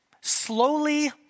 slowly